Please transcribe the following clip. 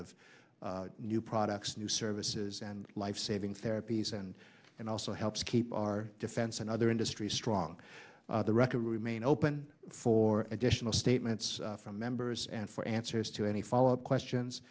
of new products new services and lifesaving therapies and and also helps keep our defense and other industries strong the wrecker remain open for additional statements from members and for answers to any follow up questions